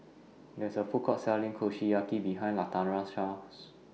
There IS A Food Court Selling Kushiyaki behind Latarsha's House